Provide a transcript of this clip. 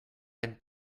ein